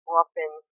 often